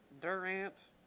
Durant